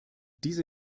diese